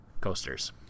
coasters